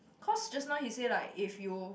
cause just now he say like if you